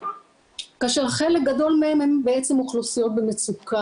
כאשר חלק גדול מהם הם בעצם אוכלוסיות במצוקה,